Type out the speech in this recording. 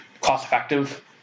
cost-effective